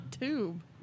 tube